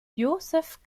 josef